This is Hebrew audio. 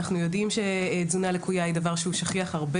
אנחנו יודעים שתזונה לקויה הוא דבר שהוא שכיח הרבה